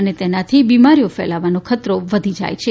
અને તેનાથી બિમારીઓ ફેલાવોનો ખતરો વધી જાય છે